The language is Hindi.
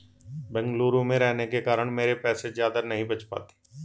बेंगलुरु में रहने के कारण मेरे पैसे ज्यादा नहीं बच पाते